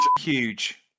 huge